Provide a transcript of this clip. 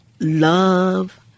love